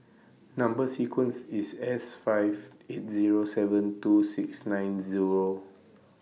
Number sequence IS S five eight Zero seven two six nine Zero